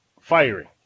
firing